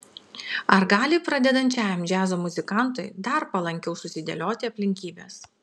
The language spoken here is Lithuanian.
ar gali pradedančiam džiazo muzikantui dar palankiau susidėlioti aplinkybės